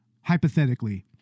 Hypothetically